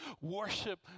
worship